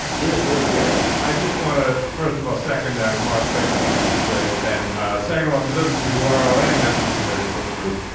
do it, do it, do it i just want to first of all, second, that remark facebook group is great. and so. to those of you who are already members of the facebook group,